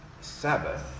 Sabbath